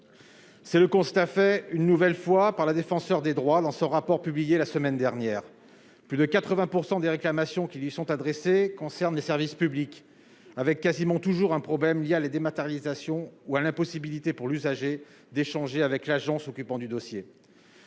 C'est le constat fait une nouvelle fois par la défenseure des droits dans ce rapport publié la semaine dernière, plus de 80 % des réclamations qui lui sont adressées concernent les services publics, avec quasiment toujours un problème via les dématérialisation ou à l'impossibilité pour l'usager d'échanger avec l'agent s'occupant du dossier.